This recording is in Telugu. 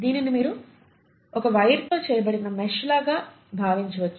దీనిని మీరు ఒక వైర్ల తో చేయబడిన మెష్ లాగా భావించవచ్చు